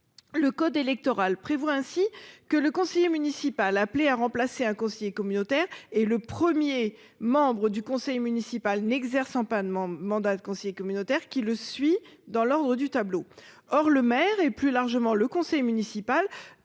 Le code électoral prévoit ainsi que le conseiller municipal, appelé à remplacer un conseiller communautaire et le premier membre du conseil municipal n'exerçant pas de mon mandat de conseiller communautaire qui le suit dans l'ordre du tableau. Or le maire et, plus largement, le conseil municipal